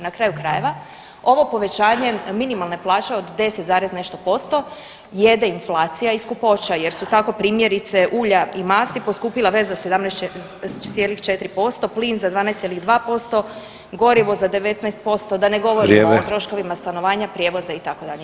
Na kraju krajeva, ovo povećanje minimalne plaće od 10 zarez nešto posto jede inflacija i skupoća, jer su tako primjerice, ulja i masti poskupile već za 17,4%, plin za 12,2%, gorivo za 19%, da ne govorimo o [[Upadica: Vrijeme.]] troškovima stanovanja, prijevoza, itd.